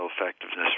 effectiveness